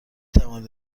توانید